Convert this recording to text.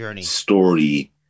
story